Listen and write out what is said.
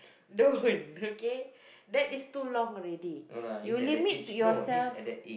don't okay that is too long already you limit yourself